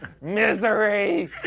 Misery